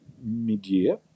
mid-year